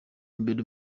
mbere